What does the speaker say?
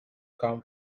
come